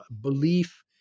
belief